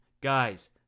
Guys